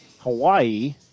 Hawaii